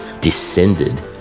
descended